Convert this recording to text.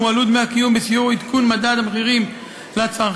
הועלו דמי הקיום בשיעור עדכון מדד המחירים לצרכן,